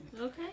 okay